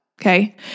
Okay